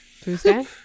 Tuesday